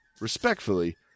Respectfully